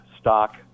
stock